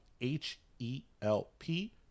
H-E-L-P